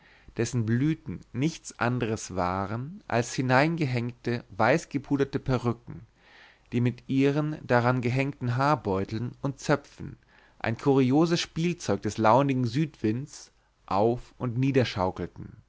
dessen blüten nichts anders waren als hineingehängte weißgepuderte perücken die mit ihren darangehängten haarbeuteln und zöpfchen ein kurioses spielzeug des launigten südwinds auf und